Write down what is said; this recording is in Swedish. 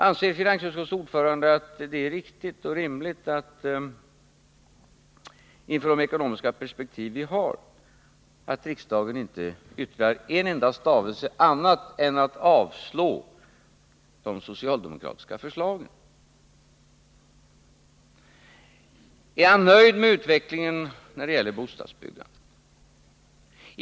Anser finansutskottets ordförande att det är riktigt och rimligt att riksdagen inför våra ekonomiska perspektiv, utan att yttra en enda stavelse, bara avslår de socialdemokratiska förslagen? Är Eric Enlund nöjd med utvecklingen när det gäller bostadsbyggandet?